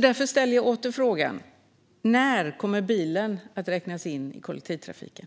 Därför ställer jag åter frågan: När kommer bilen att räknas in i kollektivtrafiken?